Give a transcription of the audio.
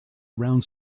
around